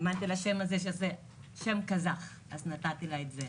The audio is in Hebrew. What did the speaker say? האמנתי שהשם הזה זך, אז נתתי לה את זה,